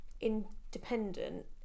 independent